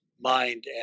mind